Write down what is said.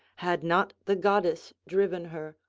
had not the goddess driven her,